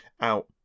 out